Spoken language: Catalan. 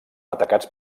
atacats